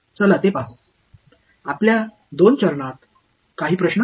चला ते पाहू आपल्या 2 चरणात काही प्रश्न